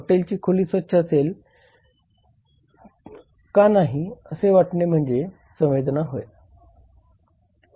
हॉटेलची खोली स्वच्छ असेल का असे वाटणे म्हणजे संवेदना होय